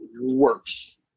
worse